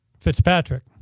Fitzpatrick